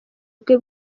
bwe